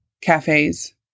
Cafes